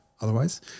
otherwise